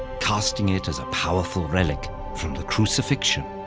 casting it as a powerful relic from the crucifixion.